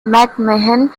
mcmahon